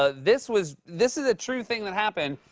ah this was this is a true thing that happened.